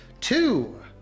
Two